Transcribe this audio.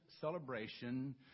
celebration